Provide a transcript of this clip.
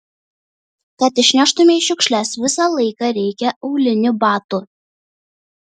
kad išneštumei šiukšles visą laiką reikia aulinių batų